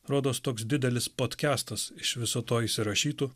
rodos toks didelis podkestas iš viso to įsirašytų